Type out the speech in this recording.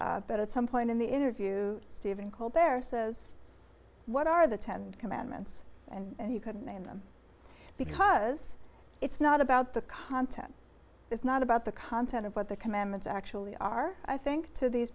but at some point in the interview steven kull bear says what are the ten commandments and he could name them because it's not about the content it's not about the content of what the commandments actually are i think to these